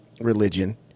religion